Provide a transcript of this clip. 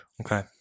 Okay